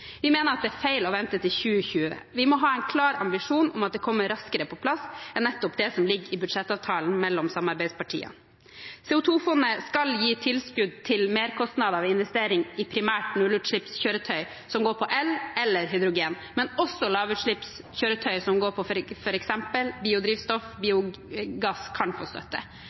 Vi mener at det er feil å vente til 2020. Vi må ha en klar ambisjon om at det kommer raskere på plass enn det som ligger i budsjettavtalen mellom samarbeidspartiene. CO 2 -fondet skal gi tilskudd til merkostnader ved investering i primært nullutslippskjøretøy som går på el eller hydrogen, men også lavutslippskjøretøy som går på f.eks. biodrivstoff og biogass, kan få støtte.